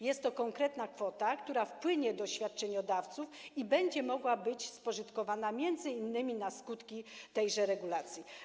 Jest to konkretna kwota, która wpłynie do świadczeniodawców i będzie mogła być spożytkowana m.in. na skutki tejże regulacji.